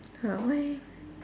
ah why